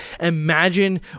imagine